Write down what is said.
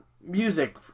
music